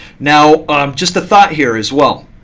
now just a thought here as well.